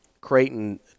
Creighton